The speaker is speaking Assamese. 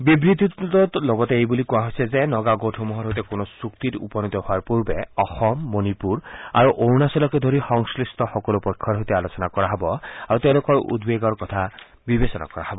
বিবৃতিটোত লগতে এই বুলি কোৱা হৈছে যে নগা গোটসমূহৰ সৈতে কোনো চুক্তিত উপনীত হোৱাৰ পূৰ্বে অসম মণিপুৰ আৰু অৰুণাচলকে ধৰি সংশ্লিষ্ট সকলো পক্ষৰ সৈতে আলোচনা কৰা হ'ব আৰু তেওঁলোকৰ উদ্বেগৰ কথা বিবেচনা কৰা হ'ব